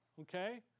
okay